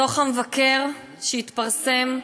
דוח המבקר התפרסם,